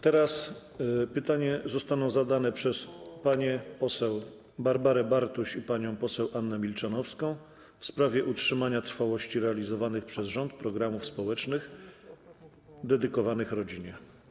Teraz zostaną zadane pytania przez panią poseł Barbarę Bartuś i panią poseł Annę Milczanowską w sprawie utrzymania trwałości realizowanych przez rząd programów społecznych dedykowanych rodzinie.